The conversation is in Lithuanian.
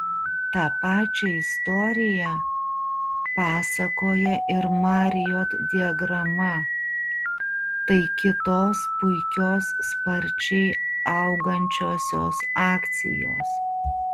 tą pačią istoriją pasakoja ir mariot diagrama tai kitos puikios sparčiai augančiosios akcijos